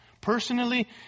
personally